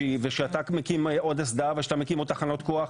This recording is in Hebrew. וכשאתה מקים עוד אסדה וכשאתה מקים עוד תחנות כוח,